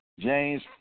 James